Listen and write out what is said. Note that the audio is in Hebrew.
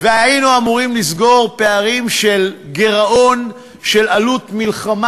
והיינו אמורים לסגור גירעון של עלות מלחמה